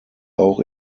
auch